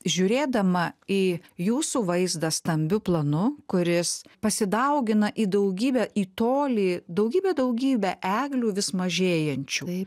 žiūrėdama į jūsų vaizdą stambiu planu kuris pasidaugina į daugybę į tolį daugybę daugybę eglių vis mažėjančių